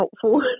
helpful